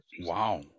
Wow